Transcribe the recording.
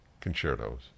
concertos